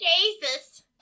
Jesus